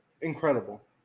Incredible